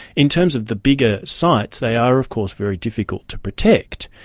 in terms of the bigger sites, they are of course very difficult to protect.